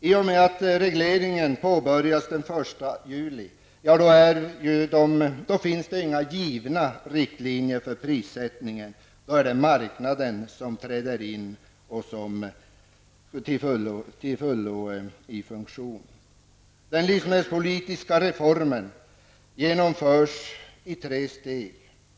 I och med att avregleringen påbörjas den 1 juli finns det inte några givna riktlinjer för prissättningen. Då är det marknadens som träder in och som i stort sett till fullo är i funktion. Den livsmedelspolitiska reformen genomförs i tre steg.